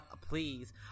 please